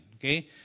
okay